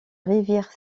rivière